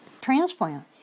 transplant